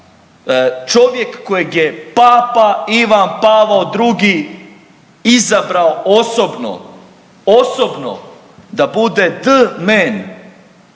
čovjek kojeg je papa Ivan Pavao II izabrao osobno, osobno da bude d-men,